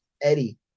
Eddie